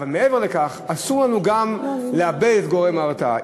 אבל מעבר לכך, אסור לנו גם לאבד את גורם ההרתעה.